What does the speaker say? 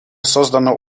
создано